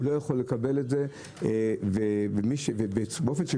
הוא לא יכול לקבל את זה והאופן שהוא